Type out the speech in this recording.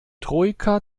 troika